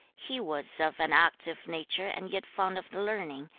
he was of an active nature and yet fond of learning,